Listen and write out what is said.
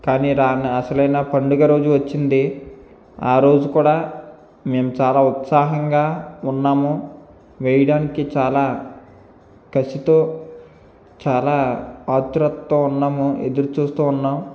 కానీ రాని అసలైన పండుగ రోజు వచ్చింది ఆ రోజు కూడా మేము చాలా ఉత్సాహంగా ఉన్నాము వేయడానికి చాలా కసితో చాలా ఆత్రుతతో ఉన్నాము ఎదురుచూస్తూ ఉన్నాం